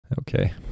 Okay